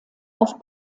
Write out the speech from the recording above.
auf